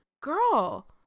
girl